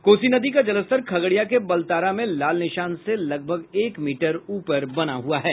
कोसी नदी का जलस्तर खगड़िया के बलतारा में लाल निशान से लगभग एक मीटर ऊपर बना हुआ है